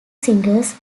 singers